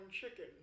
chicken